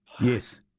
Yes